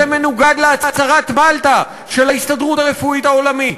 וזה מנוגד להצהרת מלטה של ההסתדרות הרפואית העולמית.